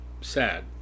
Sad